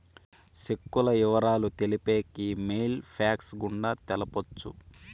సెక్కుల ఇవరాలు తెలిపేకి మెయిల్ ఫ్యాక్స్ గుండా తెలపొచ్చు